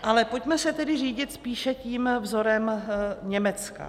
Ale pojďme se tedy řídit spíše tím vzorem Německa.